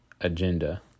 agenda